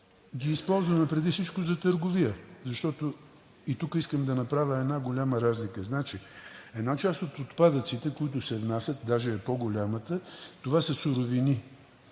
ги използваме преди всичко за търговия. Тук искам да направя една голяма разлика, че една част от отпадъците, които се внасят, даже по-голямата, са суровини,